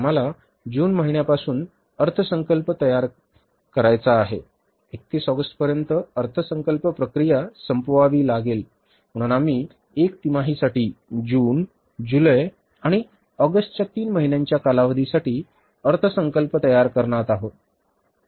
तर आम्हाला जून महिन्यापासून अर्थसंकल्प सुरू करायचा आहे 31 ऑगस्टपर्यंत अर्थसंकल्प प्रक्रिया संपवावी लागेल म्हणून आम्ही 1 तीमाहिसाठी जून जुलै आणि ऑगस्टच्या तीन महिन्यांच्या कालावधीसाठी अर्थसंकल्प तयार करणार आहोत